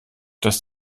das